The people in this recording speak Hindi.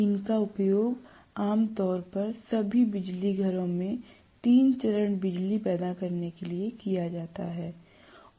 इनका उपयोग आमतौर पर सभी बिजलीघरों में तीन चरण बिजली पैदा करने के लिए किया जाता है